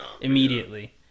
immediately